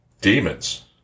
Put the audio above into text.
demons